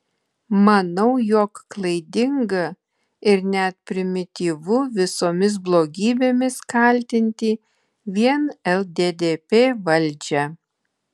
manau jog klaidinga ir net primityvu visomis blogybėmis kaltinti vien lddp valdžią